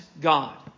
God